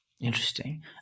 interesting